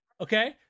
Okay